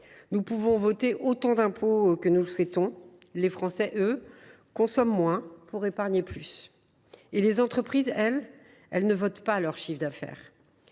Nous pouvons voter autant d’impôts que nous le voulons, les Français, eux, consomment moins pour épargner plus. Quant aux entreprises, elles ne votent pas leur chiffre d’affaires…